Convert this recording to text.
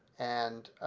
and